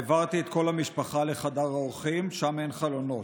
העברתי את כל המשפחה לחדר האורחים, שם אין חלונות.